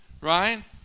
Right